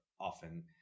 often